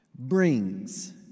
brings